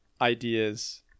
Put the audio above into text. ideas